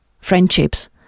friendships